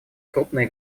крупные